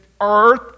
earth